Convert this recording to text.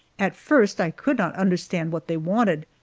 at first i could not understand what they wanted,